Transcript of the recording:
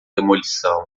demolição